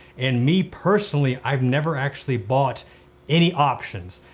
and me personally, i've never actually bought any options.